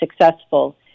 successful